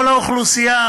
כל האוכלוסייה